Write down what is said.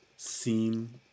seem